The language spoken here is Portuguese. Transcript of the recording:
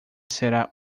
será